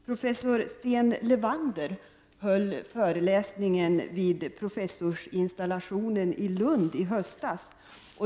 Professor Sten Levander höll föreläsningen vid professorsinstallationen i Lund i höstas.